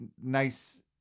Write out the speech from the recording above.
nice